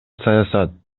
саясат